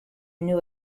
new